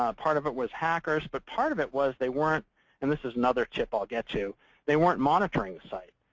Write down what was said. ah part of it was hackers. but part of it was they weren't and this is another tip i'll get to they weren't monitoring the site.